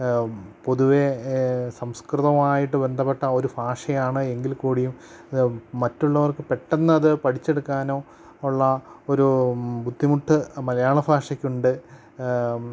പൊതുവേ സംസ്കൃതവുമായിട്ടു ബന്ധപ്പെട്ട ഒരു ഭാഷയാണ് എങ്കിൽ കൂടിയും ഇത് മറ്റുള്ളവർക്ക് പെട്ടെന്നതു പഠിച്ചെടുക്കാന് ഉള്ള ഒരു ബുദ്ധിമുട്ട് മലയാള ഭാഷയ്ക്കുണ്ട്